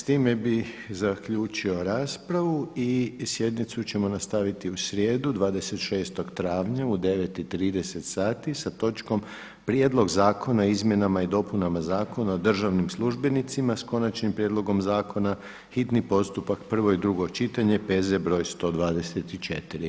S time bi zaključio raspravu i sjednicu ćemo nastaviti u srijedu 26. travnja u 9,30 sati sa točkom Prijedlog zakona o izmjenama i dopunama Zakona o državnim službenicima, s Konačnim prijedlogom zakona, hitni postupak, prvo i drugo čitanje P.Z. broj 124.